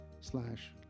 slash